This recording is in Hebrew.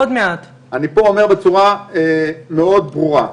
אני פה אומר בצורה מאוד ברורה,